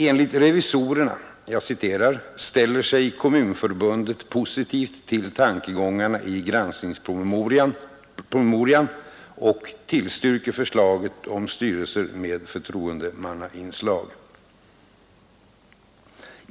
Enligt revisorerna ”ställer sig positivt till tankegångarna i granskningspromemorian och tillstyrker förslaget om styrelser med förtroendemannainslag ———”.